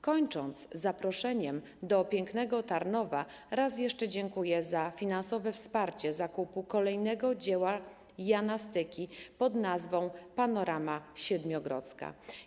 Kończąc zaproszeniem do pięknego Tarnowa, raz jeszcze dziękuję za finansowe wsparcie zakupu kolejnego fragmentu dzieła Jana Styki pod nazwą „Panorama Siedmiogrodzka”